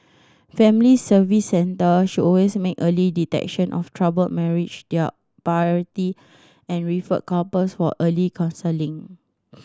Family Service Centre should also make early detection of troubled marriage their priority and refer couples for early counselling